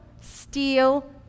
steal